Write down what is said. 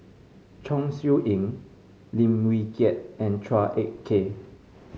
Chong Siew Ying Lim Wee Kiak and Chua Ek Kay